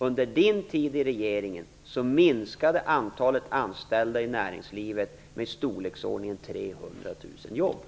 Under Per Unckels tid i regeringsställning minskade antalet anställda i näringslivet med i storleksordningen 300 000 personer.